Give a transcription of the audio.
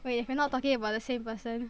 okay we're not talking about the same person